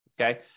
Okay